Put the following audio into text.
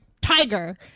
tiger